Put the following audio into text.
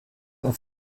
auf